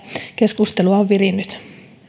keskustelua on virinnyt